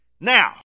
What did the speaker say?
Now